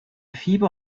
fieber